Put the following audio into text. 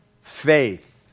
faith